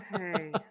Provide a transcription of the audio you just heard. Okay